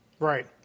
Right